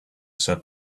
said